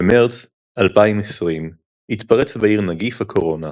במרץ 2020 התפרץ בעיר נגיף הקורונה.